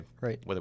Right